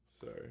Sorry